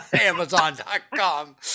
Amazon.com